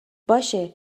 باشه